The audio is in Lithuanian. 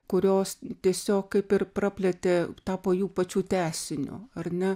kurios tiesiog kaip ir praplėtė tapo jų pačių tęsiniu ar ne